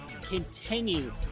continue